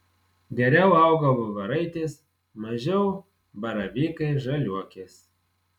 geriau auga voveraitės mažiau baravykai žaliuokės